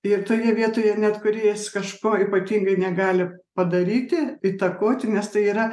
ir toje vietoje net kūrėjas kažko ypatingai negali padaryti įtakoti nes tai yra